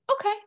Okay